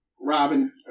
Robin